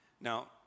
Now